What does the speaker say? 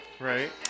Right